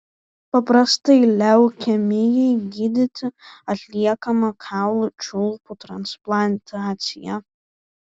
paprastai leukemijai gydyti atliekama kaulų čiulpų transplantacija